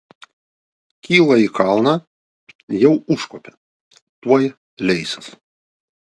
kyla į kalną jau užkopė tuoj leisis